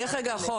אלך רגע אחורה.